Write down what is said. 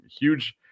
huge